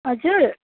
हजुर